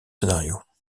scénarios